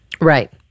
Right